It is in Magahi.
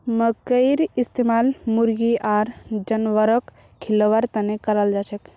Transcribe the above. मखईर इस्तमाल मुर्गी आर जानवरक खिलव्वार तने कराल जाछेक